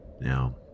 Now